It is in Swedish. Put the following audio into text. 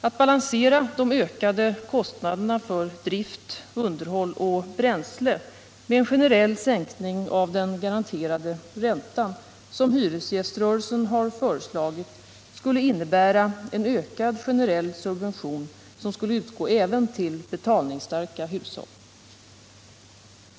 Att balansera de ökade kostnaderna för drift, underhåll och bränsle med en generell sänkning av den garanterade räntan, som hyresgäströrelsen har föreslagit, skulle innebära en ökad generell subvention som skulle utgå även till betalningsstarka hushåll.